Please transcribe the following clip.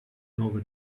nova